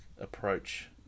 approach